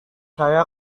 saya